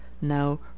Now